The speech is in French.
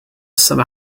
saint